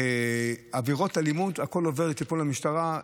עבירות אלימות עוברות לטיפול המשטרה,